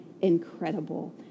incredible